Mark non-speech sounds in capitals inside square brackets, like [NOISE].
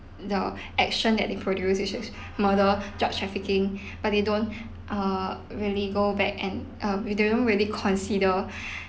the action that they produces which is murder drug trafficking [BREATH] but they don't [BREATH] err really go back and uh where they don't really consider [BREATH]